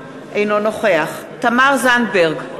אינו נוכח תמר זנדברג,